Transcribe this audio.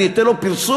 אני אתן לזה פרסום?